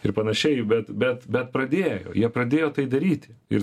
ir panašiai bet bet bet pradėjo jie pradėjo tai daryti ir